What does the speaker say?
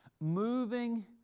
moving